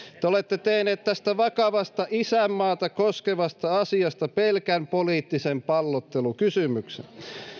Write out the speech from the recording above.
te olette tehneet tästä vakavasta isänmaata koskevasta asiasta pelkän poliittisen pallottelukysymyksen